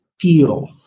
feel